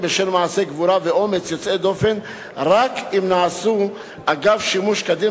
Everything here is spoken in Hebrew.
בשל מעשי גבורה ואומץ יוצאי דופן רק אם נעשו "אגב שימוש כדין